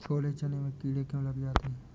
छोले चने में कीड़े क्यो लग जाते हैं?